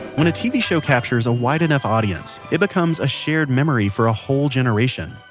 when a tv show captures a wide enough audience, it becomes a shared memory for a whole generation.